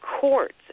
courts